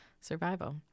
survival